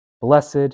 Blessed